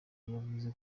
yavuze